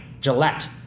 Gillette